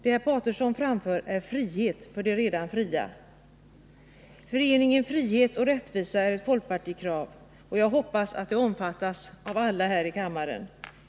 Det herr Paterson talar för är frihet för de redan fria. Föreningen av frihet och rättvisa är ett folkpartikrav, och jag hoppas att det omfattas av 161 alla här i kammaren.